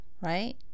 Right